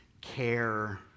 care